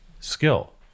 skill